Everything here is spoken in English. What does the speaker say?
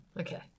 Okay